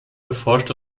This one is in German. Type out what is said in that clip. erforscht